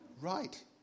right